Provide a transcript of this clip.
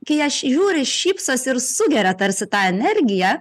kai aš žiūriu šypsosi ir sugeria tarsi tą energiją